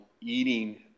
eating